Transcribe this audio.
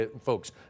folks